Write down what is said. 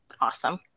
awesome